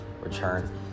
return